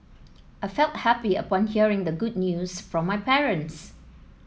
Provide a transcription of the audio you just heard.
I felt happy upon hearing the good news from my parents